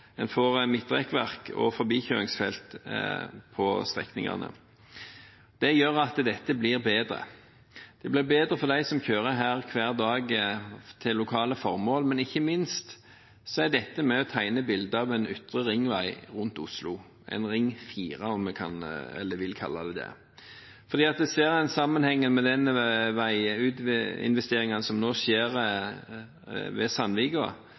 En får midtrekkverk og forbikjøringsfelt på strekningene. Det gjør at dette blir bedre. Det blir bedre for dem som kjører her hver dag for lokale formål. Men ikke minst er dette med på å tegne et bilde av en ytre ringvei rundt Oslo – en ring 4 om en vil kalle det det – fordi en ser en sammenheng med veiinvesteringene som nå skjer på E16 ved Sandvika,